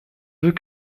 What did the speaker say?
veut